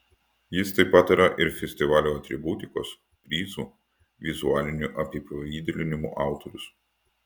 jis taip pat yra ir festivalio atributikos prizų vizualinių apipavidalinimų autorius